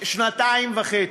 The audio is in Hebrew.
שנתיים-וחצי.